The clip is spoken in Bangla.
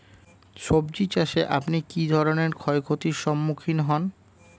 সবজী চাষে আপনি কী ধরনের ক্ষয়ক্ষতির সম্মুক্ষীণ হন?